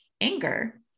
anger